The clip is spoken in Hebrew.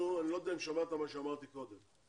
אני לא יודע אם שמעת מה שאמרתי קודם.